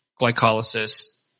glycolysis